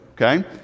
Okay